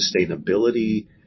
sustainability